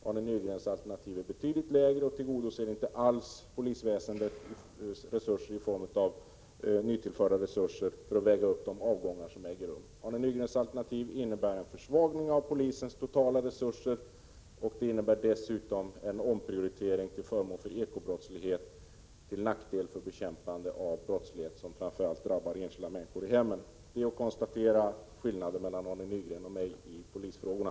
Arne Nygrens alternativ är betydligt lägre och tillgodoser inte alls polisväsendets önskemål i form av nytillförda resurser för att väga upp de avgångar som äger rum. Arne Nygrens alternativ innebär en försvagning av polisens totala resurser, och det innebär dessutom en omprioritering av resurserna till förmån för ekobrottsligheten och till nackdel för bekämpandet av brottslighet som framför allt drabbar enskilda människor i hemmen. Detta är skillnaden mellan Arne Nygren och mig i polisfrågorna.